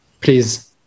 Please